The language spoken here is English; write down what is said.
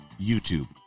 YouTube